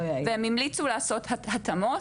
והם המליצו לעשות התאמות,